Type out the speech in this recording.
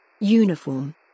uniform